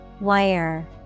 Wire